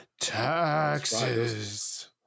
taxes